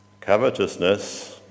covetousness